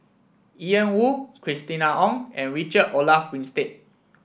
Ian Woo Christina Ong and Richard Olaf Winstedt